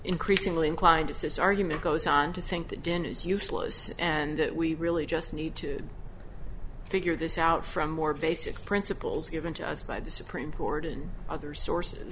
increasingly inclined is this argument goes on to think the din is useless and that we really just need to figure this out from more basic principles given to us by the supreme court and other sources